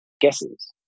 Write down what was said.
guesses